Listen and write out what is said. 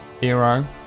hero